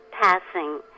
passing